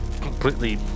completely